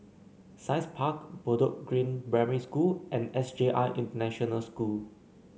Science Park Bedok Green Primary School and S J I International School